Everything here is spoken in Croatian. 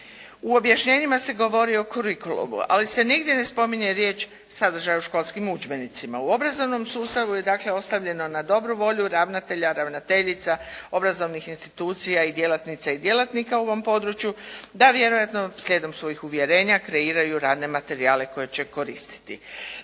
u objašnjenjima se govori o kurikulumu, ali se nigdje ne spominje riječ sadržaj u školskim udžbenicima. U obrazovnom sustavu je, dakle ostavljeno na dobru volju ravnatelja, ravnateljica obrazovnih institucija i djelatnica i djelatnika u ovom području da vjerojatno slijedom svojih uvjerenja kreiraju radne materijale koje će koristiti.